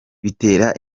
bitera